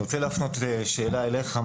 אני רוצה להפנות שאלה אליך,